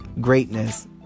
greatness